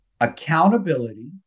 accountability